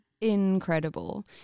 incredible